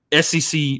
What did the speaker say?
SEC